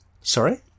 Sorry